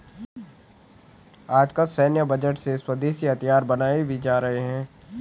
आजकल सैन्य बजट से स्वदेशी हथियार बनाये भी जा रहे हैं